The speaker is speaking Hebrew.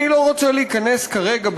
אני לא רוצה להיכנס כרגע,